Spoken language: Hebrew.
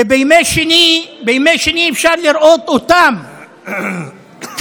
ובימי שני אפשר לראות אותם כאן,